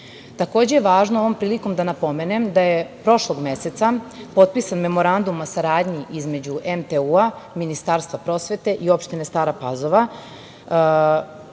Takođe je važno ovom prilikom da napomenem da je prošlog meseca potpisan Memorandum o saradnji između MTU-a, Ministarstva prosvete i opštine Stara Pazova,